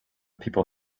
people